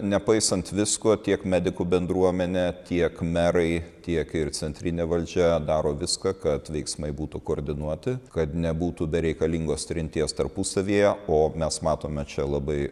nepaisant visko tiek medikų bendruomenė tiek merai tiek ir centrinė valdžia daro viską kad veiksmai būtų koordinuoti kad nebūtų bereikalingos trinties tarpusavyje o mes matome čia labai